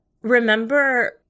remember